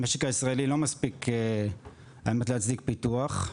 המשק הישראלי לא מספיק האמת להצדיק פיתוח,